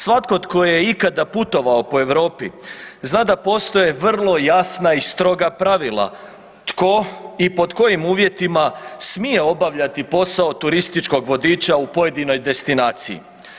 Svatko tko je ikada putovao po Europi, zna da postoje vrlo jasna i stroga pravila tko i pod kojim uvjetima smije obavljati posao turističkog vodiča u pojedinoj destinaciji.